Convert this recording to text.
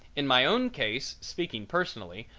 in my own case, speaking personally,